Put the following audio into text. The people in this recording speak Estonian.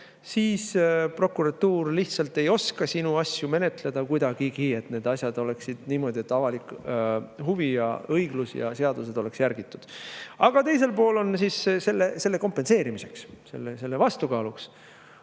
siis prokuratuur lihtsalt ei oska sinu asju kuidagi menetleda, et asjad oleksid niimoodi, et avalik huvi, õiglus ja seadused oleks järgitud. Aga teisel pool on selle kompenseerimiseks, sellele vastukaaluks